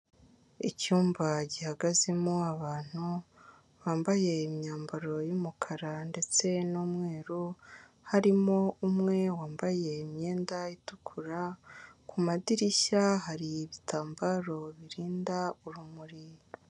Icyumba gihagazemo abantu bambaye imyambaro y'umukara ndetse n'umweru, harimo umwe wambaye imyenda itukura, kumadirishya hari ibitambaro birinda urumuri.